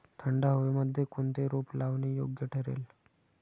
थंड हवेमध्ये कोणते रोप लावणे योग्य ठरेल?